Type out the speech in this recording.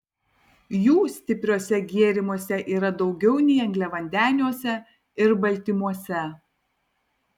jų stipriuose gėrimuose yra daugiau nei angliavandeniuose ir baltymuose